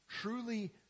Truly